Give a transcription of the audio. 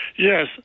Yes